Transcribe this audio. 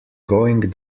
going